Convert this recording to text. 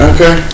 Okay